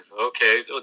okay